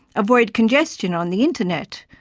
avoid congestion on the internet,